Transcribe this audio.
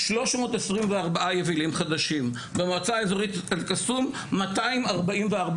היו 324 יבילים חדשים; במועצה האזורית אל-קסום 244 יבילים; בלקיה,